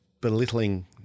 belittling –